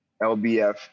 LBF